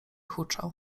huczał